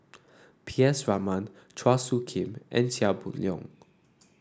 P S Raman Chua Soo Khim and Chia Boon Leong